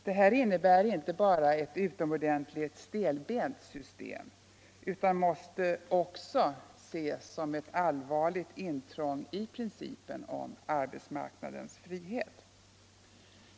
Detta innebär inte bara ett utomordentligt stelbent system utan måste också ses som ett allvarligt intrång i principen om arbetsmarknadens frihet.